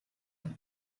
him